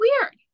weird